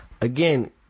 again